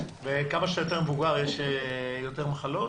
וכמה שיש יותר מבוגרים יש יותר מחלות,